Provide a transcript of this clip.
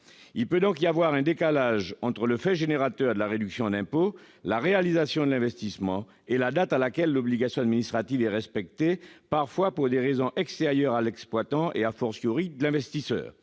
peut donc se produire entre le fait générateur de la réduction d'impôt, soit la réalisation de l'investissement, et la date à laquelle l'obligation administrative est respectée, parfois pour des raisons extérieures à l'exploitant, à l'investisseur.